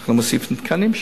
אנחנו מוסיפים תקנים שם,